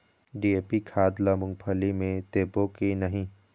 DAP खाद ला मुंगफली मे देबो की नहीं?